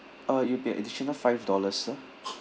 uh it'll be an additional five dollars sir